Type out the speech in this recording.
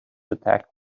attack